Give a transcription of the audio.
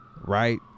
right